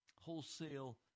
Wholesale